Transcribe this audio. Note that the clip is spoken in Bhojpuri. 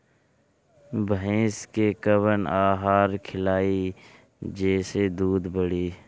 भइस के कवन आहार खिलाई जेसे दूध बढ़ी?